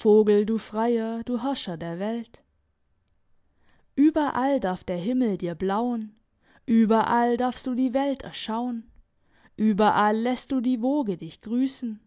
vogel du freier du herrscher der welt überall darf der himmel dir blauen überall darfst du die welt erschauen überall lässt du die woge dich grüssen